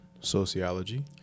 sociology